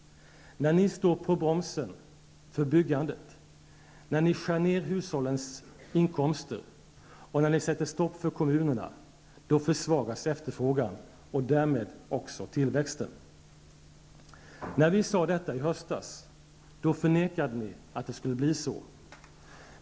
När ni slår på bromsen för byggandet, när ni skär ner hushållens inkomster och när ni sätter stopp för kommunerna, då försvagas efterfrågan och därmed också tillväxten. När vi sade detta i höstas, förnekade ni att det skulle bli så.